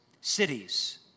cities